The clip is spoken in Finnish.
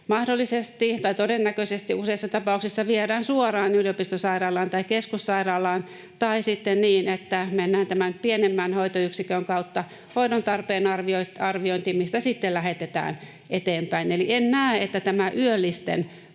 mahdollisesti tai todennäköisesti useissa tapauksissa viedään suoraan yliopistosairaalaan tai keskussairaalaan, tai sitten mennään tämän pienemmän hoitoyksikön kautta hoidon tarpeen arviointiin, mistä sitten lähetetään eteenpäin. Eli en näe, että tämä yöllisten